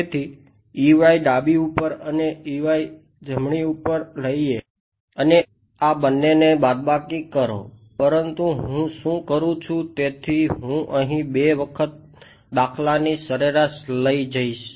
તેથી ડાબી ઉપર અને જમણી બાજુ ઉપર લઈએ અને આ બંનેને બાદબાકી કરો પરંતુ હું શું કરું છું તેથી હું અહીં 2 વખત દાખલાની સરેરાશ લઈ જઈશ